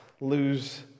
lose